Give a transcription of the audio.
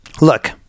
look